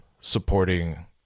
supporting